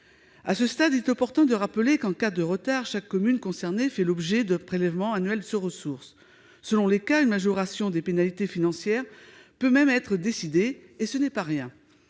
À ce stade, il est opportun de rappeler qu'en cas de retard chaque commune concernée fait l'objet d'un prélèvement annuel sur ressources. Selon les cas, une majoration des pénalités financières peut même être décidée ; ce n'est pas rien